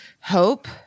hope